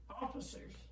officers